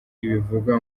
ibivuga